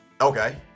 Okay